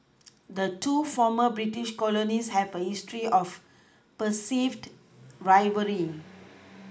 the two former British colonies have a history of perceived rivalry